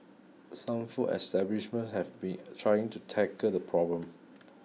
some food establishments have been trying to tackle the problem